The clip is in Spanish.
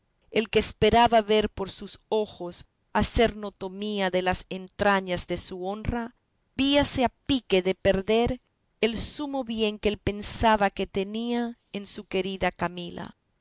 el que esperaba ver por sus ojos hacer notomía de las entrañas de su honra íbase a pique de perder el sumo bien que él pensaba que tenía en su querida camila